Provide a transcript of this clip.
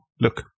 Look